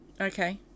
okay